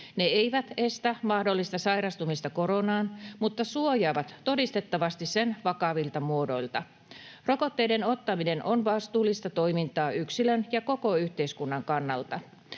Ne eivät estä mahdollista sairastumista koronaan mutta suojaavat todistettavasti sen vakavilta muodoilta. Rokotteiden ottaminen on vastuullista toimintaa yksilön ja koko yhteiskunnan kannalta.